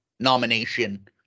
nomination